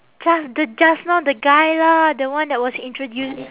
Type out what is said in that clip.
just the just now the guy lah the one that was introdu~